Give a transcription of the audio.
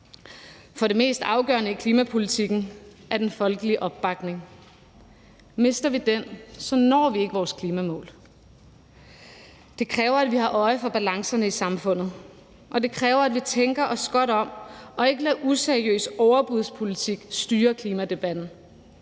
For det mest afgørende i klimapolitikken er den folkelige opbakning. Mister vi den, når vi ikke vores klimamål. Det kræver, at vi har øje for balancerne i samfundet, og det kræver, at vi tænker os godt om og ikke lader useriøs overbudspolitik styre klimadebatten.